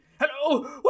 Hello